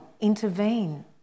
intervene